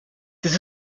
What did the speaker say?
this